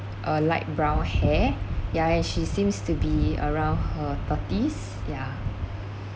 uh light brown hair ya and she seems to be around her thirties yeah